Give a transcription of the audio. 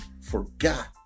forgot